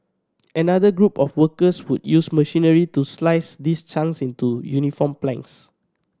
another group of workers would use machinery to slice these chunks into uniform planks